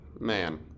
man